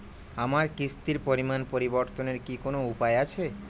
আমার কিস্তির পরিমাণ পরিবর্তনের কি কোনো উপায় আছে?